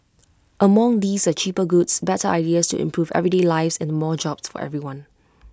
among these are cheaper goods better ideas to improve everyday lives and more jobs for everyone